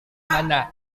mana